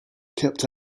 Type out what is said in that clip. kept